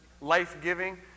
life-giving